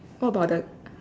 what about the